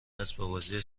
اسباببازی